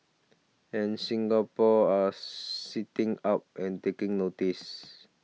and Singapore are sitting up and taking notice